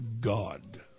God